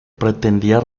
pretendía